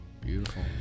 Beautiful